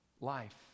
life